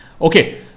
Okay